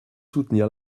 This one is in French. soutenir